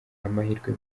amahirwe